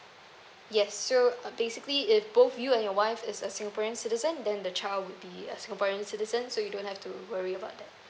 yes so uh basically if both you and your wife is a singaporean citizen then the child will be a singaporean citizen so you don't have to worry about that